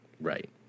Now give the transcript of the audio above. Right